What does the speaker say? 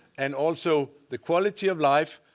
and also the quality of life,